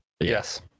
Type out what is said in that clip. Yes